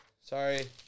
Sorry